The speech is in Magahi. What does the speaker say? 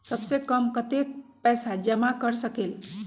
सबसे कम कतेक पैसा जमा कर सकेल?